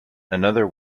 another